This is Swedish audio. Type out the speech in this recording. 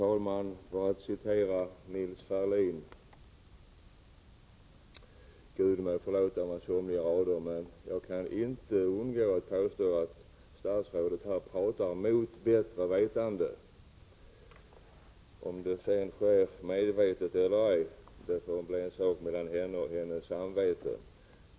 Jag säger som Nils Ferlin: ”Gud må förlåta mej somliga rader” — jag kan trots allt inte underlåta att påstå att statsrådet här talar mot bättre vetande. Om det sedan sker medvetet eller ej får bli en sak mellan henne och hennes samvete.